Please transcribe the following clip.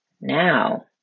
Now